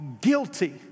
guilty